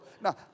Now